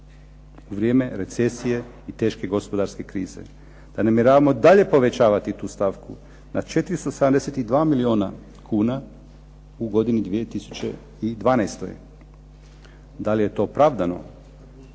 Vrijeme recesije i teške gospodarske krize. Da namjeravamo dalje povećavati tu stavku, na 472 milijuna kuna u godini 2012. Da li je to opravdano?